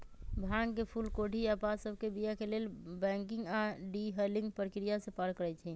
भांग के फूल कोढ़ी आऽ पात सभके बीया के लेल बंकिंग आऽ डी हलिंग प्रक्रिया से पार करइ छै